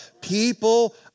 People